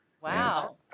Wow